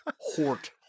Hort